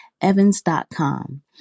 Evans.com